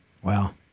Wow